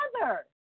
mother